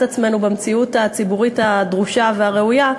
עצמנו במציאות הציבורית הדרושה והראויה,